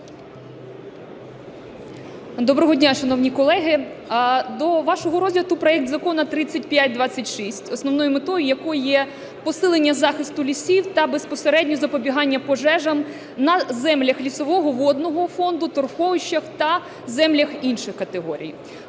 Доброго дня, шановні колеги! До вашого розгляду проект Закону 3526, основною метою якого є посилення захисту лісів та безпосередньо запобігання пожежам на землях лісового, водного фонду, торфовищах та землях інших категорій.